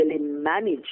manage